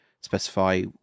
specify